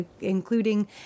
including